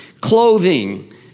clothing